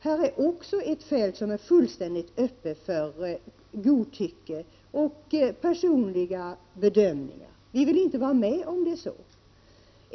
Här är också ett fält som är fullständigt öppet för godtycke och personliga bedömningar. Vi vill inte vara med om sådant.